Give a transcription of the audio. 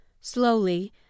Slowly